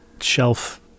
shelf